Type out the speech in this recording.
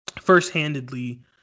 first-handedly